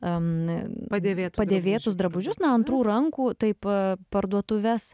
em padėvėtų padėvėtus drabužius na antrų rankų taip a parduotuves